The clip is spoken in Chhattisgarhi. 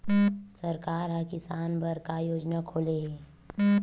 सरकार ह किसान बर का योजना खोले हे?